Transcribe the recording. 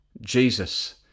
Jesus